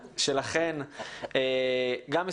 מסירות,